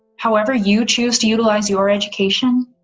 however you choose to utilize your education,